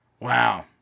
Wow